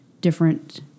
different